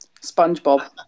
Spongebob